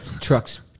trucks